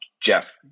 Jeff